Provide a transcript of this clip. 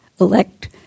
elect